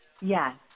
Yes